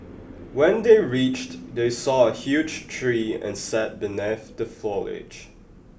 when they reached they saw a huge tree and sat beneath the foliage